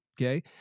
Okay